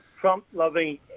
Trump-loving